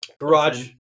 garage